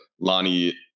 Lonnie